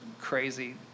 crazy